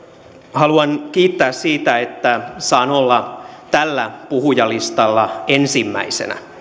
haluan kiittää siitä että saan olla tällä puhujalistalla ensimmäisenä